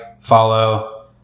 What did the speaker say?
follow